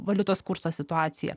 valiutos kurso situacija